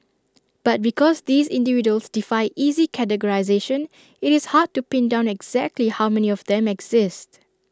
but because these individuals defy easy categorisation IT is hard to pin down exactly how many of them exist